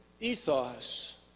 ethos